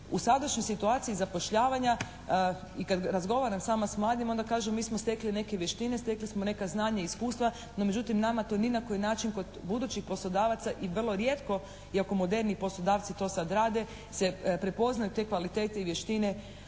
U sadašnjoj situaciji zapošljavanja i kad razgovaram sama s mladima onda kažem mi smo stekli neke vještine, stekli smo neka znanja i iskustva, no međutim nama to ni na koji način kod budućih poslodavaca i vrlo rijetko iako moderniji poslodavci to sad rade se prepoznaju te kvalitete i vještine